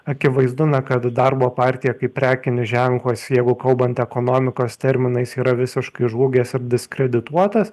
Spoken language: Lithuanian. akivaizdu na kad darbo partija kaip prekinis ženklas jeigu kalbant ekonomikos terminais yra visiškai žlugęs ir diskredituotas